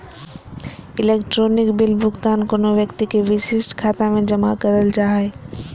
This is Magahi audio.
इलेक्ट्रॉनिक बिल भुगतान कोनो व्यक्ति के विशिष्ट खाता में जमा करल जा हइ